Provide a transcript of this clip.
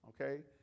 okay